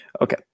Okay